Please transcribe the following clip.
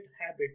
habit